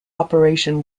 operation